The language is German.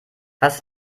was